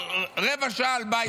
רבע שעה על ביידן.